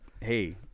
hey